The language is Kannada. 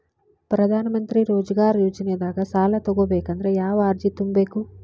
ಪ್ರಧಾನಮಂತ್ರಿ ರೋಜಗಾರ್ ಯೋಜನೆದಾಗ ಸಾಲ ತೊಗೋಬೇಕಂದ್ರ ಯಾವ ಅರ್ಜಿ ತುಂಬೇಕು?